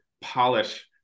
polish